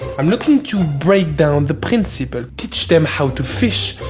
i'm looking to break down the principle. teach them how to fish,